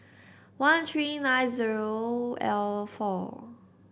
one three nine zero L four